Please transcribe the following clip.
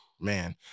Man